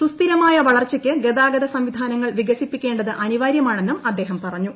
സുസ്ഥിരമായ വളർച്ചയ്ക്ക് ഗതാഗത സംവിധാനങ്ങൾ വികസിപ്പിക്കേണ്ടത് അനിവാര്യമാണെന്നും അദ്ദേഹം പറഞ്ഞു